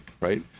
right